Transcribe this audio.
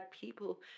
people